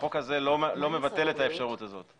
החוק הזה לא מבטל את האפשרות הזאת.\